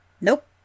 Nope